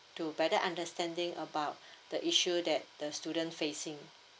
to better understanding about the issue that the student facing